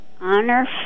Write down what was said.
Honor